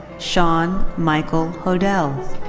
sean michael hodell.